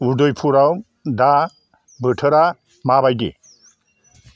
उदाइपुराव दा बोथोरा माबायदि